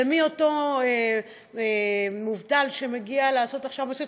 מאותו מובטל שמגיע לעשות הכשרה מקצועית,